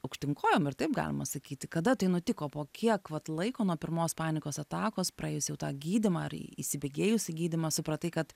aukštyn kojom ir taip galima sakyti kada tai nutiko po kiek vat laiko nuo pirmos panikos atakos praėjus jau tą gydymą ar įsibėgėjus į gydymą supratai kad